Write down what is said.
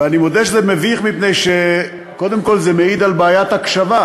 ואני מודה שזה מביך מפני שקודם כול זה מעיד על בעיית הקשבה.